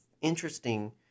interesting